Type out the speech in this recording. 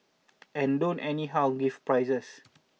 and don't anyhow give prizes